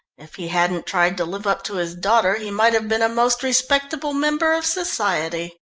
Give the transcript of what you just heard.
if he hadn't tried to live up to his daughter he might have been a most respectable member of society.